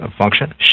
function